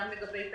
גם לגבי PET-CT,